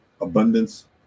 abundance